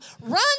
Run